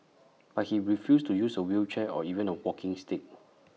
but he refused to use A wheelchair or even A walking stick